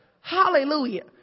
Hallelujah